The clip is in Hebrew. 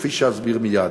כפי שאסביר מייד.